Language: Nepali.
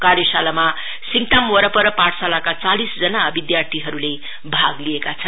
कार्यशालामा सिङताम वरपर पाठशालाका चालिसजना विदयार्थीहरुले भाग लिएका छन्